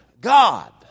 God